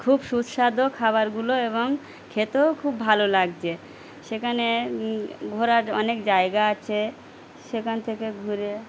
খুব সুস্বাদু খাবারগুলো এবং খেতেও খুব ভালো লাগছে সেখানে ঘোরার অনেক জায়গা আছে সেখান থেকে ঘুরে